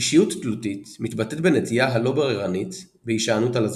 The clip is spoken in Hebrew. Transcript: אישיות תלותית מתבטאת בנטייה הלא בררנית בהישענות על הזולת.